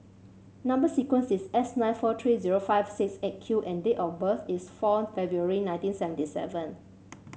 number sequence is S nine four three zero five six Eight Q and date of birth is four February nineteen seventy seven